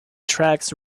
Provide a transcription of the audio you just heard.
tracks